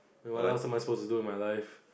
and what else and I supposed to do with my life